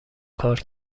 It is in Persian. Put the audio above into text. کار